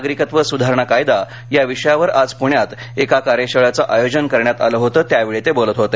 नागरिकत्व सुधारणा कायदा या विषयावर आज पुण्यात एका कार्यशाळेचं आयोजन करण्यात आलं होतं त्यावेळी ते बोलत होते